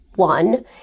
One